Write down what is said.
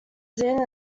zinn